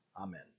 Amen